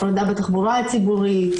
הפרדה בתחבורה הציבורית,